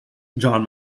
john